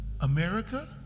America